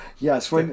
Yes